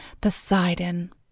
Poseidon